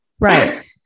Right